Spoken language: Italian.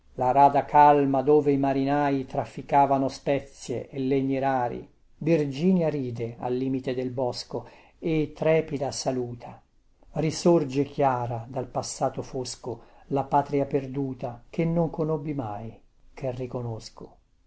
la rada calma dove i marinai trafficavano spezie e legni rari virginia ride al limite del bosco e trepida saluta risorge chiara dal passato fosco la patria perduta che non conobbi mai che riconosco